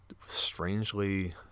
strangely